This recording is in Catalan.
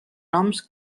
noms